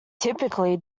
typically